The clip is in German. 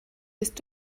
bist